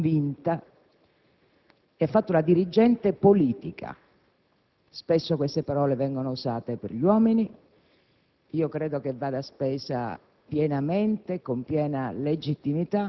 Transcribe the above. limpida nella sua adesione convinta) una dirigente politica. Spesso queste parole vengono usate per gli uomini;